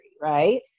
right